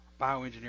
bioengineer